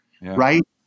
Right